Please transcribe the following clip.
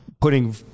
putting